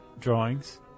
drawings